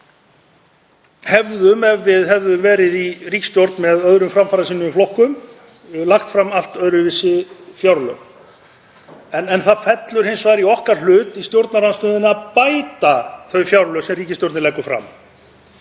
hefðum, ef við hefðum verið í ríkisstjórn með öðrum framfarasinnuðum flokkum, lagt fram allt öðruvísi fjárlög en það fellur hins vegar í okkar hlut í stjórnarandstöðunni að bæta þau fjárlög sem ríkisstjórnin leggur fram.